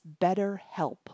BetterHelp